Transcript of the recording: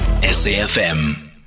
SAFM